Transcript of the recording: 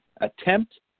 attempt